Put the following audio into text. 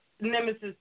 nemesis